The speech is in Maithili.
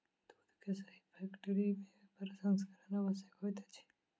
दूध के सही रूप में प्रसंस्करण आवश्यक होइत अछि